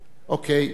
אוקיי.